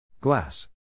Glass